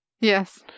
Yes